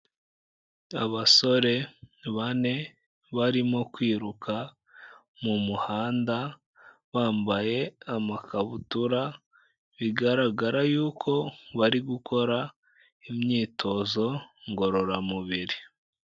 Abasore bane, barimo kwiruka mu muhanda, bambaye amakabutura, bigaragara yuko bari gukora, imyitozo ngororamubiri.